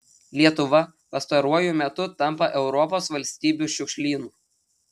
lietuva pastaruoju metu tampa europos valstybių šiukšlynu